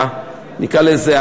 נקרא לזה,